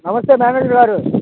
నమస్తే మేనేజరుగారు